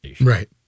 Right